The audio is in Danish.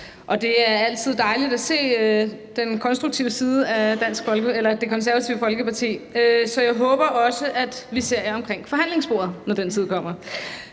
Det er altid dejligt at se den konstruktive side af Det Konservative Folkeparti, så jeg håber også, at vi ser jer omkring forhandlingsbordet, når den tid kommer.